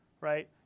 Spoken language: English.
right